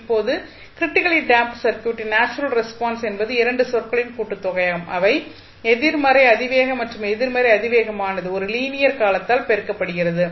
இப்போது critically damped சர்க்யூட்டின் natural response natural response என்பது 2 சொற்களின் கூட்டுத்தொகையாகும் அவை எதிர்மறை அதிவேக மற்றும் அந்த எதிர்மறை அதிவேகமானது ஒரு லீனியர் காலத்தால் பெருக்கப்படுகிறது